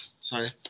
sorry